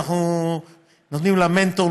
אנחנו נותנים לה מנטור,